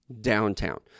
Downtown